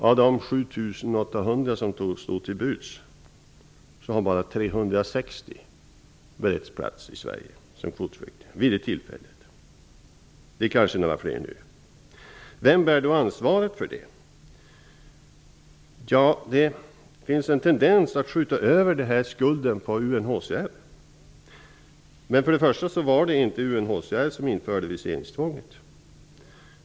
Av de 7 800 platser i Sverige som stod till buds hade bara 360 utnyttjats för kvotflyktingar vid det tillfället. Det kanske är några fler nu. Vem bär då ansvaret för det? Det finns en tendens att skjuta över skulden på UNHCR. Men det var för det första inte UNHCR som införde viseringstvånget.